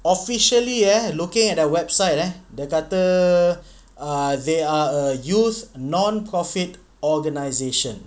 officially eh looking at their website eh dia kata ah they are a youth non profit organisation